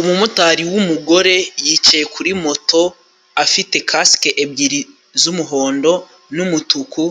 Umumotari w'umugore yicaye kuri moto afite kasike ebyiri z'umuhondo n'umutuku,